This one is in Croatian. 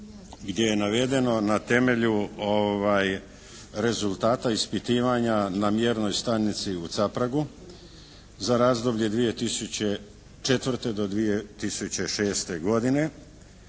gdje je navedeno na temelju rezultata ispitivanja na mjernoj stanici u Capragu za razdoblju 2004. do 2006. godine